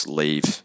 leave